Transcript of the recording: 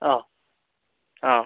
ആ ആ